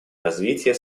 развития